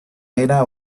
era